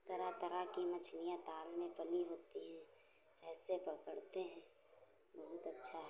तरह तरह की मछलियाँ ताल में पली होती हैं ऐसे पकड़ते हैं बहुत अच्छा है